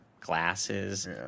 glasses